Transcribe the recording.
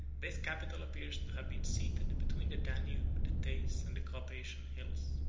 this capital appears to have been seated between the danube, the teyss, and the carpathian hills,